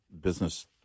business